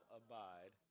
abide